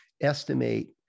estimate